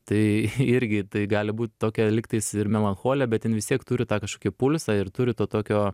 tai irgi tai gali būt tokia lygtais ir melancholija bet vis tiek turi tą kažkokį pulsą ir turi to tokio